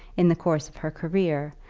in the course of her career,